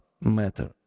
matter